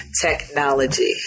Technology